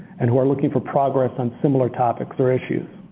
and who are looking for progress on similar topics or issues.